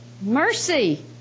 Mercy